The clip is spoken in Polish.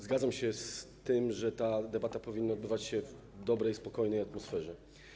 Zgadzam się z tym, że ta debata powinna odbywać się w dobrej, spokojnej atmosferze.